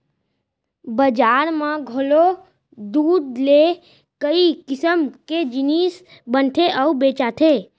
बजार म घलौ दूद ले कई किसम के जिनिस बनथे अउ बेचाथे